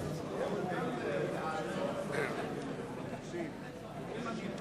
הצעת סיעות חד"ש